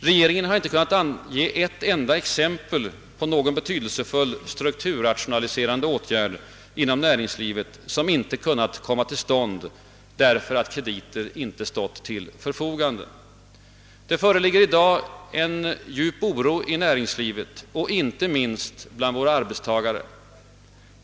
Regeringen har inte velat ge ett enda exempel på någon betydelsefull strukturrationaliserande åtgärd inom näringslivet som inte kunnat komma till stånd därför att krediter inte stått till förfogande. Det råder i dag en djup oro inom näringslivet, inte minst bland våra arbetstagare.